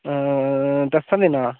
दस्सें दिने दा